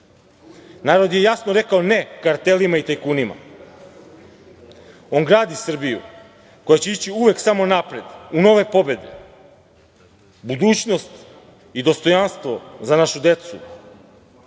Narod je jasno rekao „ne“ kartelima i tajkunima. On gradi Srbiju koja će ići uvek samo napred, u nove pobede, budućnost i dostojanstvo za našu decu